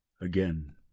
again